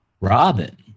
Robin